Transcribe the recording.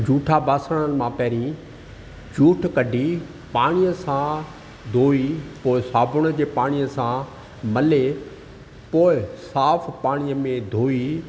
जूठा बासण मां पहिरी जूठ कॾी पाणीअ सां धोइ पोइ साबुण जे पाणीअ सां मले पोइ साफ़ु पाणीअ में धोई